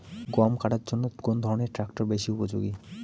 গম কাটার জন্য কোন ধরণের ট্রাক্টর বেশি উপযোগী?